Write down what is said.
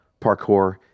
parkour